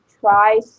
try